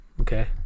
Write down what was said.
Okay